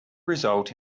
result